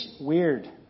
weird